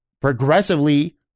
progressively